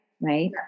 Right